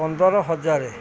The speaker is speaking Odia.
ପନ୍ଦର ହଜାର